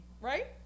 right